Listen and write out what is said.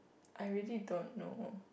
I really don't know